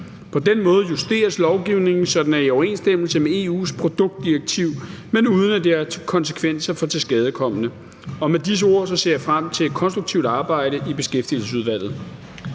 På den måde justeres lovgivningen, så den er i overensstemmelse med EU's produktdirektiv, men uden at det har konsekvenser for tilskadekomne. Med disse ord ser jeg frem til et konstruktivt arbejde i Beskæftigelsesudvalget.